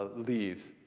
leaves.